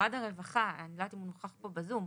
משרד הרווחה אני לא יודעת אם הוא נוכח פה בזום,